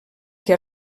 que